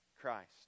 Christ